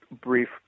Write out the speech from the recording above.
brief